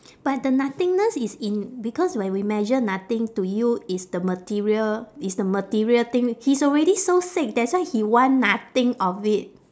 but the nothingness is in because when we measure nothing to you it's the material it's the material thing he's already so sick that's why he want nothing of it